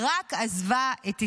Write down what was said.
עיראק עזבה את ישראל.